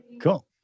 Cool